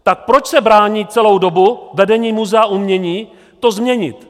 Tak proč se brání celou dobu vedení Muzea umění to změnit?